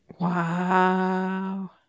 Wow